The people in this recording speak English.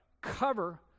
cover